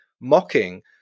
mocking